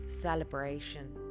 celebration